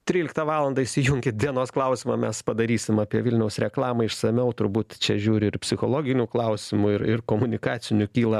tryliktą valandą įsijunkit dienos klausimą mes padarysim apie vilniaus reklamą išsamiau turbūt čia žiūriu ir psichologinių klausimų ir ir komunikacinių kyla